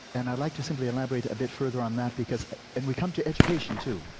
and i'd like to simply elaborate a bit further on that, because and we come to education, too,